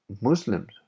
Muslims